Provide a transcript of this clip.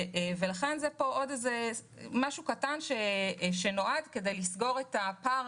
לכן זה עוד משהו קטן שנועד לסגור את הפער